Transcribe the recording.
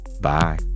Bye